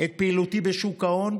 את פעילותי בשוק ההון,